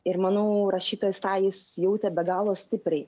ir manau rašytojas tą jis jautė be galo stipriai